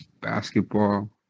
basketball